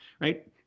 right